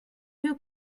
you